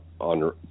on